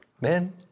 man